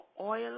oil